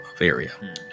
area